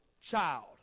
child